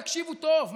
תקשיבו טוב,